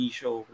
show